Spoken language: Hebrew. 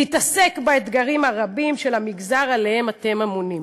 להתעסק באתגרים הרבים של המגזר שעליו אתם אמונים.